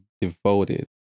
devoted